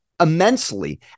immensely